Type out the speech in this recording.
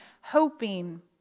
hoping